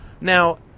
Now